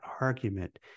argument